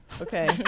Okay